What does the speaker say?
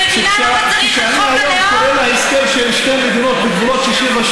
כשאני היום קורא להסכם של שתי מדינות בגבולות 67'